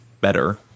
better